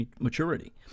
maturity